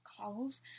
Clothes